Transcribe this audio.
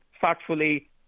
thoughtfully